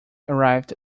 arrived